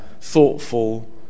thoughtful